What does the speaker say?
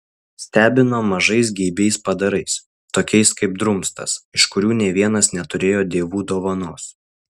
stebino mažais geibiais padarais tokiais kaip drumstas iš kurių nė vienas neturėjo dievų dovanos